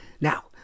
Now